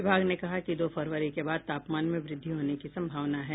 विभाग ने कहा कि दो फरवरी के बाद तापमान में व्रद्धि होने की सम्भावना है